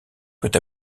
peut